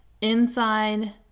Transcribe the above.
inside